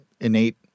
innate